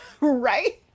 right